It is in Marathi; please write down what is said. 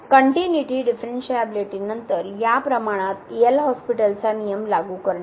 कनट्युनिटी डिफरणशिअबीलीटी नंतर या प्रमाणात एल हॉस्पिटलचा नियम लागू करणे